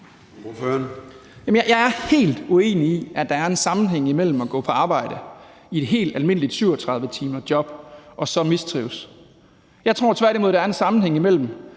Jeg er helt uenig i, at der er en sammenhæng mellem at gå på arbejde i et helt almindeligt 37-timersjob og så at mistrives. Jeg tror tværtimod, der er en sammenhæng i,